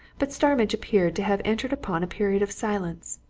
but starmidge appeared to have entered upon a period of silence,